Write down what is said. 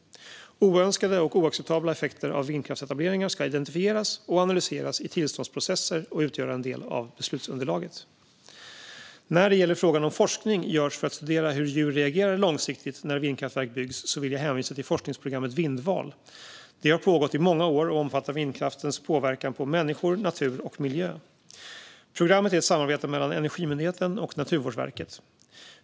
Oönskade och oacceptabla effekter av vindkraftsetableringar ska identifieras och analyseras i tillståndsprocessen och utgöra del av beslutsunderlaget. När det gäller frågan om huruvida forskning bedrivs för att studera hur djur reagerar långsiktigt när vindkraftverk byggs vill jag hänvisa till forskningsprogrammet Vindval. Det har pågått i många år och omfattar vindkraftens påverkan på människor, natur och miljö. Programmet är ett samarbete mellan Energimyndigheten och Naturvårdsverket.